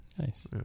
Nice